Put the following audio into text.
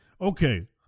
okay